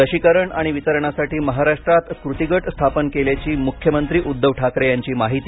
लशीकरण आणि वितरणासाठी महाराष्ट्रात कृती गट स्थापन केल्याची मुख्यमंत्री उद्धव ठाकरे यांची माहिती